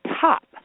top